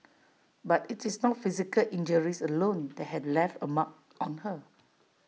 but IT is not physical injuries alone that had left A mark on her